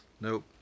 nope